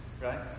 Right